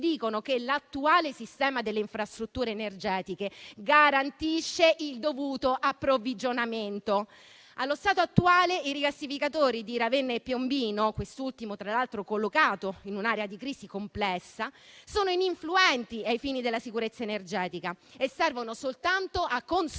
dicono che l'attuale sistema delle infrastrutture energetiche garantisce il dovuto approvvigionamento. Allo stato attuale, i rigassificatori di Ravenna e Piombino (quest'ultimo, tra l'altro, collocato in un'area di crisi complessa) sono ininfluenti ai fini della sicurezza energetica e servono soltanto a consolidare